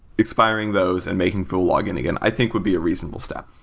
expiring those and making for login again, i think would be a reasonable step.